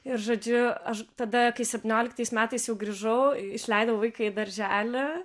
ir žodžiu aš tada kai septynioliktais metais jau grįžau išleidau vaikai į darželį